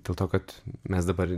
dėl to kad mes dabar